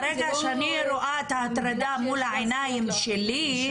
ברגע שאני רואה את ההטרדה מול העיניים שלי,